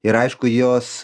ir aišku jos